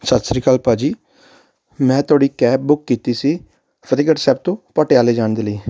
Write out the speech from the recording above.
ਸਤਿ ਸ਼੍ਰੀ ਕਾਲ ਭਾਅ ਜੀ ਮੈਂ ਤੁਹਾਡੀ ਕੈਬ ਬੁੱਕ ਕੀਤੀ ਸੀ ਫਤਿਹਗੜ੍ਹ ਸਾਹਿਬ ਤੋਂ ਪਟਿਆਲੇ ਜਾਣ ਦੇ ਲਈ